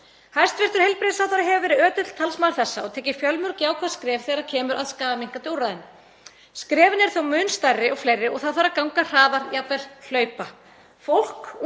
Hæstv. heilbrigðisráðherra hefur verið ötull talsmaður þessa og tekið fjölmörg jákvæð skref þegar kemur að skaðaminnkandi úrræðum. Skrefin eru þó mun stærri og fleiri og það þarf að ganga hraðar, jafnvel hlaupa.